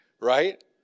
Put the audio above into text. right